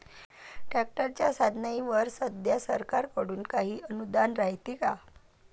ट्रॅक्टरच्या साधनाईवर सध्या सरकार कडून काही अनुदान रायते का?